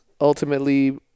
ultimately